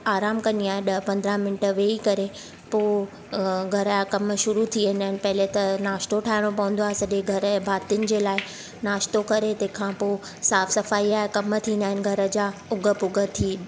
आराम कंदी आहियांं ॾह पंद्रहं मिंट वेही करे पोइ घर जा कमु शुरू थी वेंदा आहिनि पहले त नाश्तो ठाहिणो पवंदो आहे सॼे घर जे भातियुनि जे लाइ नाश्तो करे तंहिंखां पोइ साफ़ु सफ़ाई जा कमु थींदा आहिनि घर जा उघ पुघ थी